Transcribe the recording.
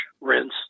Rinse